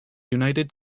united